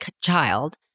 child